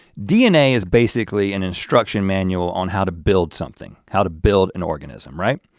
dna is basically an instruction manual on how to build something, how to build an organism right?